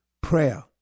Prayer